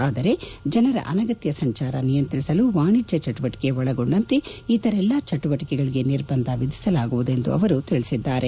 ಆದರೆ ಜನರ ಅನಗತ್ಯ ಸಂಚಾರ ನಿಯಂತ್ರಿಸಲು ವಾಣಿಜ್ಯ ಚಟುವಟಿಕೆ ಒಳಗೊಂಡಂತೆ ಇತರೆಲ್ಲ ಚಟುವಟಿಕೆಗಳಿಗೆ ನಿರ್ಬಂಧ ವಿಧಿಸಲಾಗುವುದು ಎಂದು ಅವರು ತಿಳಿಸಿದ್ದಾರೆ